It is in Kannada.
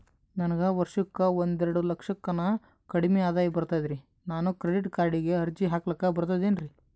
ನನಗ ವರ್ಷಕ್ಕ ಒಂದೆರಡು ಲಕ್ಷಕ್ಕನ ಕಡಿಮಿ ಆದಾಯ ಬರ್ತದ್ರಿ ನಾನು ಕ್ರೆಡಿಟ್ ಕಾರ್ಡೀಗ ಅರ್ಜಿ ಹಾಕ್ಲಕ ಬರ್ತದೇನ್ರಿ?